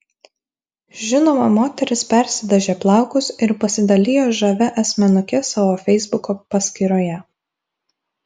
žinoma moteris persidažė plaukus ir pasidalijo žavia asmenuke savo feisbuko paskyroje